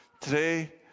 today